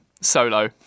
Solo